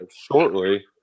shortly